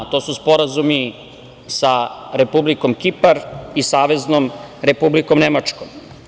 To su sporazumi sa Republikom Kipar i Saveznom Republikom Nemačkom.